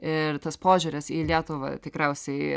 ir tas požiūris į lietuvą tikriausiai